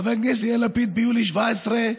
חבר הכנסת יאיר לפיד ביולי 2017,